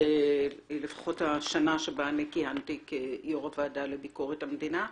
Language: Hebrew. האחרונה בה כיהנתי כיושבת-ראש הועדה לביקורת המדינה.